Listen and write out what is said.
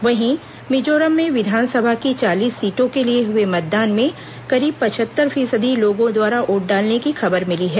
वहीं मिजोरम में विधानसभा की चालीस सीटों के लिए हुए मतदान में करीब पचहत्तर फीसदी लोगों द्वारा वोट डालने की खबर मिली है